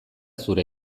zure